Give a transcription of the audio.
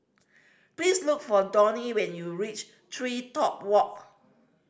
please look for Donnie when you reach TreeTop Walk